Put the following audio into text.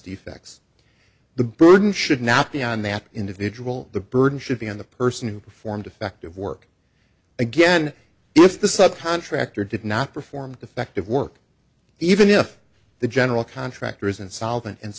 defects the burden should not be on that individual the burden should be on the person who performed effective work again if the sub contractor did not perform effective work even if the general contractor is insolvent and